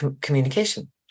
communication